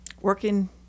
working